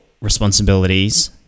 responsibilities